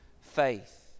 faith